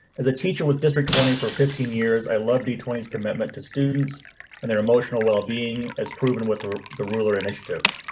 as a teacher with district warning for fifteen years. i love the twenty s commitment to students and their emotional well being as proven with the the ruler initiative,